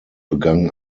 begann